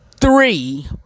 three